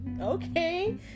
Okay